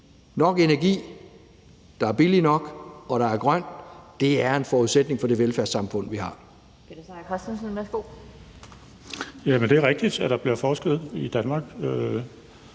nok energi, der er billigt nok, og der er grønt, er en forudsætning for det velfærdssamfund, vi har.